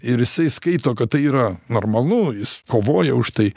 ir jisai skaito kad tai yra normalu jis kovoja už tai